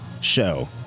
show